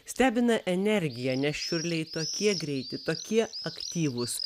stebina energija nes čiurliai tokie greiti tokie aktyvūs